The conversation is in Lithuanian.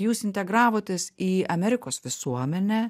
jūs integravotės į amerikos visuomenę